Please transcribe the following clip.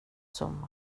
som